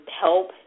help